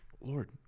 Lord